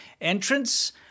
Entrance